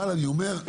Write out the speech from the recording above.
אבל אני אומר,